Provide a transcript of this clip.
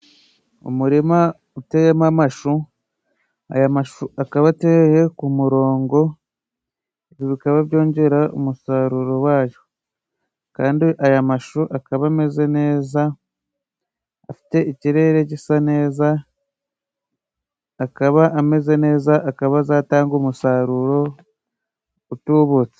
Umurima uteyemo amashu, Aya mashu akaba ateye ku murongo bikaba byongera umusaruro wayo. Kandi, aya mashu akaba ameze neza, afite ikirere gisa neza. Akaba ameze neza, akaba azatanga umusaruro utubutse.